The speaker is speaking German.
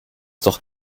doch